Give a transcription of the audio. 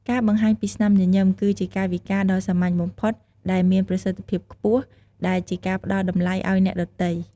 ការបង្ហាញពីស្នាមញញឹមគឺជាកាយវិការដ៏សាមញ្ញបំផុតតែមានប្រសិទ្ធភាពខ្ពស់ដែលជាការផ្ដល់តម្លៃអោយអ្នកដទៃ។